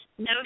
no